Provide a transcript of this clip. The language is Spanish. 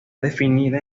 definida